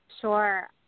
Sure